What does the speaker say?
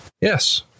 yes